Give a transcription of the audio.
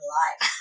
life